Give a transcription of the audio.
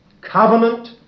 covenant